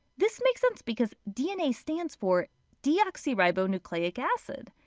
this makes sense because dna stands for deoxyribonucleic acid.